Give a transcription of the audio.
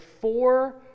four